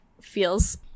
feels